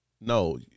No